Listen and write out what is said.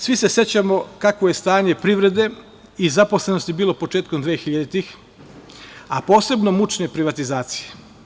Svi se sećamo kakvo je stanje privrede i zaposlenosti bilo početkom 2000.-tih, a posebno mučne privatizacije.